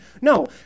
No